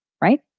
right